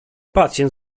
pacjent